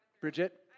Bridget